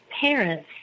parents